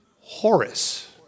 Horace